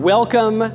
Welcome